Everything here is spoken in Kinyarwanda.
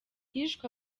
hishwe